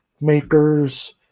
makers